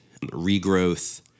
regrowth